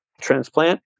transplant